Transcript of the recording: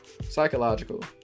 Psychological